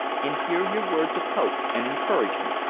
and hear your words of hope and encouragement!